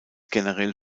generell